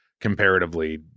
comparatively